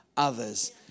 others